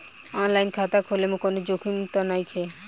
आन line खाता खोले में कौनो जोखिम त नइखे?